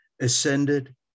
ascended